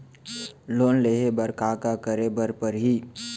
Loan लेहे बर का का का करे बर परहि?